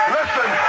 listen